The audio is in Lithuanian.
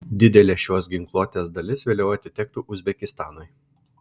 didelė šios ginkluotės dalis vėliau atitektų uzbekistanui